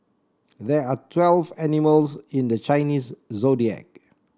there are twelve animals in the Chinese Zodiac